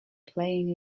playing